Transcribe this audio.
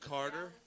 Carter